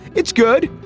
it's good,